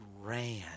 ran